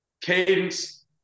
cadence